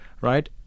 right